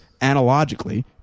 analogically